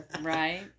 Right